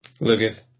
Lucas